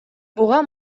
буга